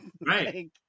Right